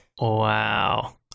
Wow